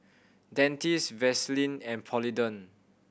Dentiste Vaselin and Polident